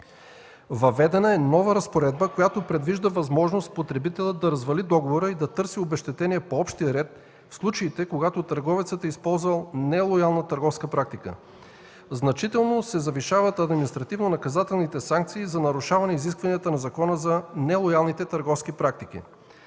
Въведена е нова разпоредба, която предвижда възможност потребителят да развали договора и да търси обезщетение по общия ред, в случаите когато търговецът е използвал нелоялна търговска практика. Значително се завишават административно наказателните санкции за нарушаване изискванията на закона за нелоялните търговски практики.